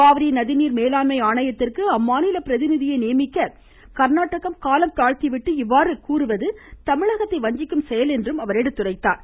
காவிரி நதிநீர் மேலாண்மை ஆணையத்திற்கு அம்மாநில பிரதிநிதியை நியமிக்க அவர் காலம் தாழ்த்தி விட்டு இவ்வாறு கூறுவது தமிழகத்தை வஞ்சிக்கும் செயல் என்றும் கூறினார்